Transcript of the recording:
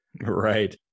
Right